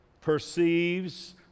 perceives